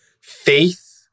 faith